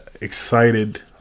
excited